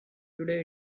today